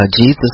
Jesus